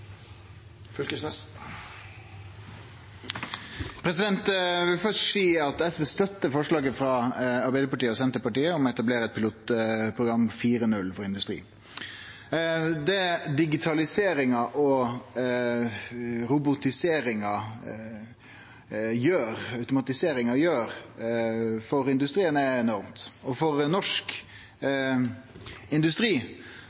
vil først seie at SV støttar forslaget frå Arbeidarpartiet og Senterpartiet om å etablere eit pilotprogam for industri 4.0. Det digitaliseringa, robotiseringa og automatiseringa gjer for industrien, er enormt. For norsk